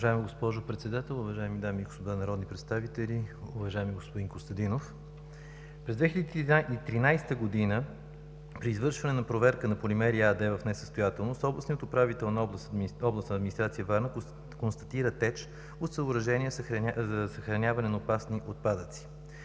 Уважаема госпожо Председател, уважаеми дами и господа народни представители, уважаеми господин Костадинов! През 2013 година при извършване на проверка на „Полимери“ АД, който е в несъстоятелност, областният управител на областната администрация Варна констатира теч от съоръжения за съхраняване на опасни отпадъци.